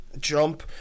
jump